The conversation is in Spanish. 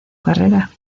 carrera